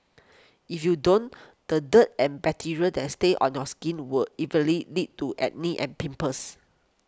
if you don't the dirt and bacteria that a stays on your skin will evenly lead to acne and pimples